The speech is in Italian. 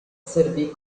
servì